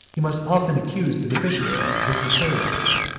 he must often accuse the deficiency of his materials.